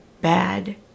bad